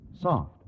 Soft